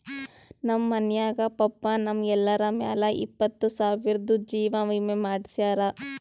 ನಮ್ ಮನ್ಯಾಗ ಪಪ್ಪಾ ನಮ್ ಎಲ್ಲರ ಮ್ಯಾಲ ಇಪ್ಪತ್ತು ಸಾವಿರ್ದು ಜೀವಾ ವಿಮೆ ಮಾಡ್ಸ್ಯಾರ